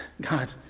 God